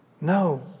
No